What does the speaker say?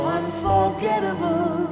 unforgettable